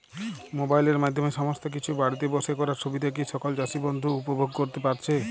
মোবাইলের মাধ্যমে সমস্ত কিছু বাড়িতে বসে করার সুবিধা কি সকল চাষী বন্ধু উপভোগ করতে পারছে?